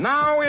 Now